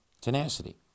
tenacity